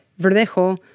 Verdejo